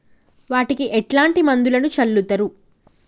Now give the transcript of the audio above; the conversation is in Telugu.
వాటికి ఎట్లాంటి మందులను చల్లుతరు?